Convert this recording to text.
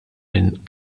min